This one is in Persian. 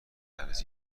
نرسه